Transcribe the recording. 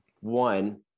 One